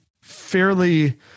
fairly